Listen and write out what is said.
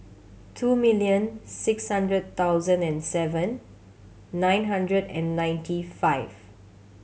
two milion six hundred thousand and seven nine hundred and ninety five